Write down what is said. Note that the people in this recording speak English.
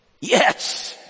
yes